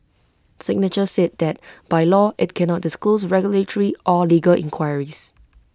signature said that by law IT cannot disclose regulatory or legal inquiries